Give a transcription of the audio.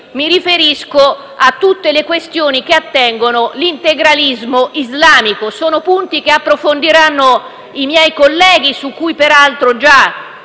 dei sindaci, e a tutte le questioni che attengono l'integralismo islamico. Sono punti che approfondiranno i miei colleghi, su cui peraltro già